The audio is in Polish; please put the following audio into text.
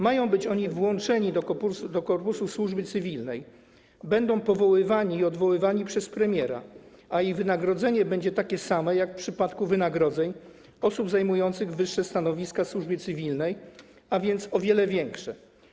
Mają być oni włączeni do korpusu służby cywilnej, będą powoływani i odwoływani przez premiera, a ich wynagrodzenie będzie takie samo jak w przypadku wynagrodzeń osób zajmujących wyższe stanowiska w służbie cywilnej, a więc o wiele większe.